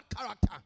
character